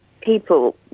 people